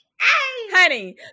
honey